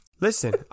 Listen